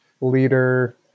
leader